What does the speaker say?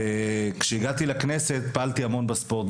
וכשהגעתי לכנסת פעלתי המון בתחום הספורט,